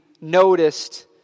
noticed